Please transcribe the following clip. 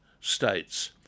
states